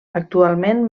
actualment